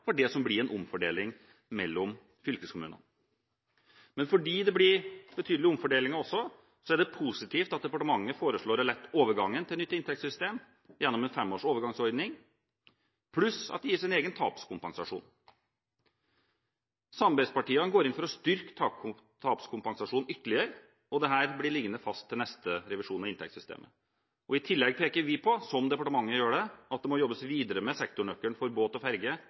det som blir en omfordeling mellom fylkeskommunene. Men fordi det også blir betydelige omfordelinger, er det positivt at departementet foreslår å lette overgangen til nytt inntektssystem gjennom en 5-årig overgangsordning, pluss at det gis en egen tapskompensasjon. Samarbeidspartiene går inn for å styrke tapskompensasjonen ytterligere, og dette blir liggende fast til neste revisjon av inntektssystemet. I tillegg peker vi på, som departementet gjør det, at det må jobbes videre med sektornøkkelen for båt og ferge